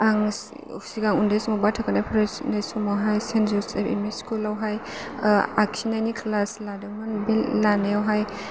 आं सिगां उन्दै समाव बा थाखोनिफ्राय स्नि समावहाय सेइन्ट जसेफ एमइ स्कुलावहाय आखिनायनि क्लास लादोंमोन बे लानायावहाय